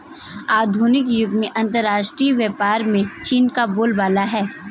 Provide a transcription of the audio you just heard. आधुनिक युग में अंतरराष्ट्रीय व्यापार में चीन का बोलबाला है